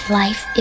life